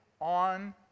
on